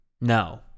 No